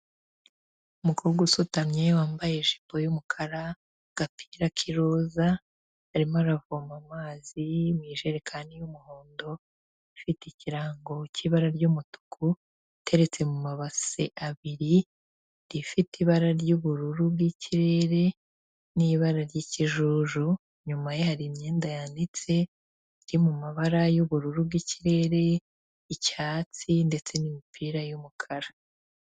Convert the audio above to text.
Umukobwa usutamye wambaye ijipo y'umukara, agapira k'iroza, arimo aravoma amazi mu ijerekani y'umuhondo ifite ikirango cy'ibara ry'umutuku, iteretse mu mabase abiri, ifite ibara ry'ubururu bw'ikirere n'ibara ry'ikijuju, inyuma ye hari imyenda yanitse, iri mu mabara y'ubururu bw'ikirere, icyatsi ndetse n'imipira y'umukara.